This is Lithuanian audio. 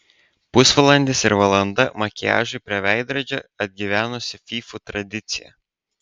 pusvalandis ir valanda makiažui prie veidrodžio atgyvenusi fyfų tradicija